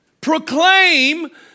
Proclaim